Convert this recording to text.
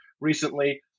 recently